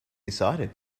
decided